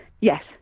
yes